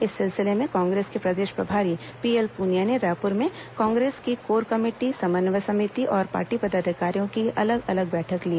इस सिलसिले में कांग्रेस के प्रदेश प्रभारी पीएल पुनिया ने रायपुर में कांग्रेस की कोर कमेटी समन्वय समिति और पार्टी पदाधिकारियों की अलग अलग बैठक ली